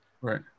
right